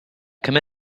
come